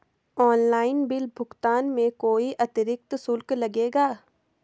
Online bill भुगतान में कोई अतिरिक्त शुल्क लगेगा?